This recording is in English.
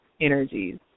energies